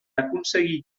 aconseguir